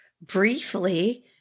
briefly